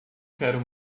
quero